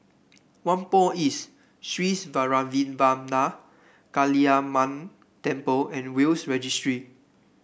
Whampoa East Sri Vairavimada Kaliamman Temple and Will's Registry